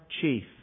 chief